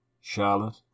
Charlotte